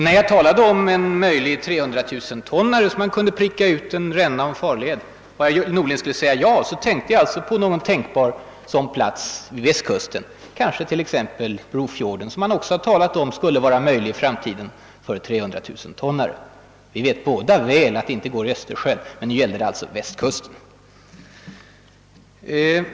När jag nämnde om en möjlig 300 000 tonnare som man kunde pricka ut en ränna och en farled för, tänkte jag alltså på någon sådan plats vid Västkusten, kanske t.ex. Brofjorden, som också har varit på tal såsom möjlig farled i framtiden för 300 000-tonnare. — Vi vet naturligtvis båda att dessa stora tankers inte kan gå in i Östersjön. Men nu gällde det alltså Västkusten.